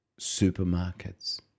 supermarkets